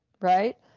right